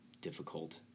difficult